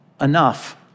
enough